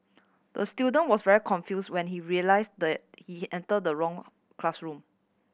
the student was very confused when he realised the he entered the wrong classroom